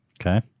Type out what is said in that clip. Okay